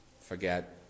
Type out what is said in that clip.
forget